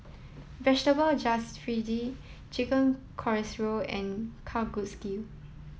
Vegetable Jalfrezi Chicken Casserole and Kalguksu